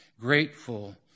grateful